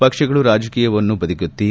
ಪಕ್ಷಗಳು ರಾಜಕೀಯವನ್ನು ಬದಿಗೊತ್ತಿ